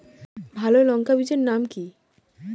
ভালো লঙ্কা বীজের নাম কি?